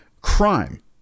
crime